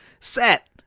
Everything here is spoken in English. Set